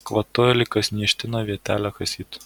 kvatojo lyg kas niežtimą vietelę kasytų